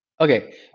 Okay